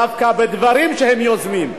דווקא בדברים שהם יוזמים.